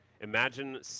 imagine